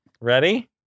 Ready